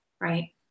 right